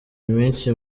iminsi